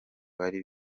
bari